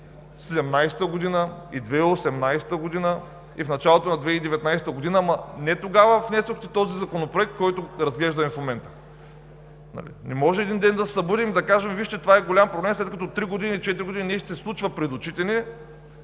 2017 г., и през 2018 г., и в началото на 2019 г., но не тогава внесохте този законопроект, който разглеждаме в момента. Не можем един ден да се събудим и да кажем: вижте, това е голям проблем, след като три години, четири години ни се случва пред очите и